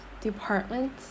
Department